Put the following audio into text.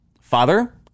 Father